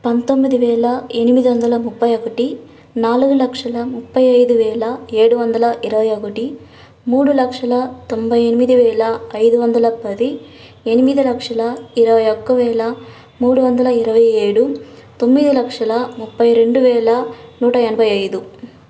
పంతొమ్మిదివేల ఎనిమిది వందల ముప్పై ఒకటి నాలుగు లక్షల ముప్పై ఐదువేల ఏడు వందల ఇరవై ఒకటి మూడు లక్షల తొంభై ఎనిమిదివేల ఐదు వందల పది ఎనిమిది లక్షల ఇరవై ఒక్కవేల మూడు వందల ఇరవై ఏడు తొమ్మిది లక్షల ముప్పై రెండువేల నూట ఎనభై ఐదు